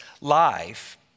life